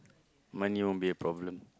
money won't be a problem